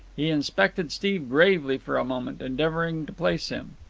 he inspected steve gravely for a moment, endeavouring to place him.